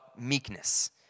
meekness